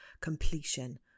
completion